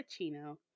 cappuccino